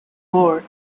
her